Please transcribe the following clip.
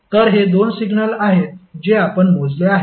तर हे दोन सिग्नल आहेत जे आपण मोजले आहेत